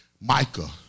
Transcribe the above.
Micah